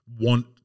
want